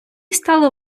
стало